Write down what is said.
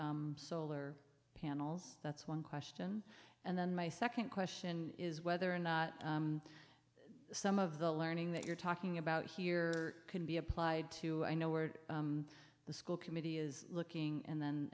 solar panels that's one question and then my second question is whether or not some of the learning that you're talking about here can be applied to i know where the school committee is looking and then